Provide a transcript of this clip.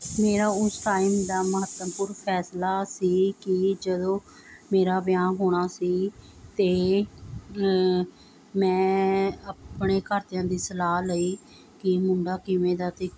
ਮੇਰਾ ਉਸ ਟਾਈਮ ਦਾ ਮਹੱਤਵਪੂਰਨ ਫੈਸਲਾ ਸੀ ਕਿ ਜਦੋਂ ਮੇਰਾ ਵਿਆਹ ਹੋਣਾ ਸੀ ਅਤੇ ਮੈਂ ਆਪਣੇ ਘਰਦਿਆਂ ਦੀ ਸਲਾਹ ਲਈ ਕਿ ਮੁੰਡਾ ਕਿਵੇਂ ਦਾ ਅਤੇ